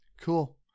cool